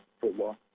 football